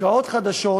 השקעות חדשות